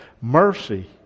mercy